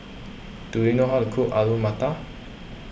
do you know how to cook Alu Matar